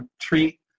treat